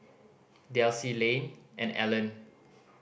Delcie Layne and Allen